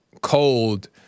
cold